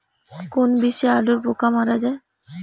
কোন বিষে আলুর পোকা মারা যায়?